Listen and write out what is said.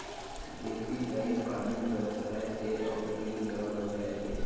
देपी दाई पानी बरसाए दे अउ जीव ल बचाए दे